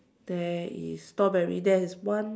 there is strawberry there is one